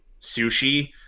sushi